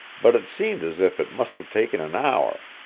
but it seemed as if it must have taken an hour.